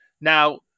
Now